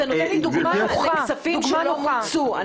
אתה נותן לי דוגמה לכספים שלא מוצו.